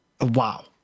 Wow